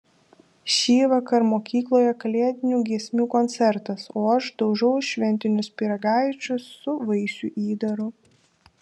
šįvakar mokykloje kalėdinių giesmių koncertas o aš daužau šventinius pyragaičius su vaisių įdaru